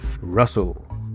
Russell